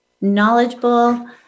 knowledgeable